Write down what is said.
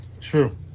True